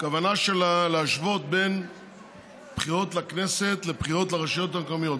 הכוונה שלה להשוות בין בחירות לכנסת לבחירות לרשויות המקומיות.